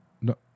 No